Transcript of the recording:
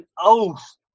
oath